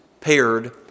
paired